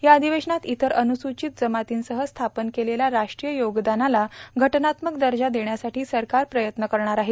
या अधिवेशनात इतर अनुसूचित जमातींकरिता स्थापन केलेल्या राष्ट्रीय आयोगाला घटनात्मक दर्जा देण्यासाठी सरकार प्रयत्न करणार आहे